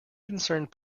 concerned